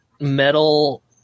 metal